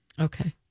Okay